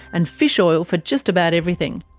and fish oil for just about everything.